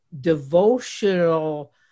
devotional